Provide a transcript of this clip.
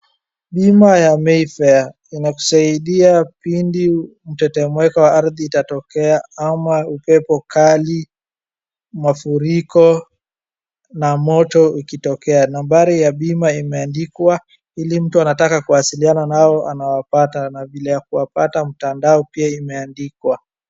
Bima ya Mayfair inakusaidia pindi mtetemeko wa ardhi itatokea ama upepo kali, mafuriko na moto ukitokea. Nambari ya bima imeandikwa ili mtu anataka kuwasiliana nao anawapata na vile ya kuwapata mtandao pia imeandikwa.